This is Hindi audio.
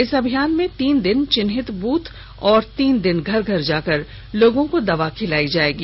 इस अभियान में तीन दिन चिन्हित बूथ और तीन दिन घर घर जाकर लोगो को दवा उपलब्ध करायी जाएगी